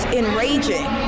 enraging